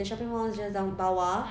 the shopping mall is just down bawah